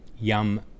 Yum